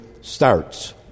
starts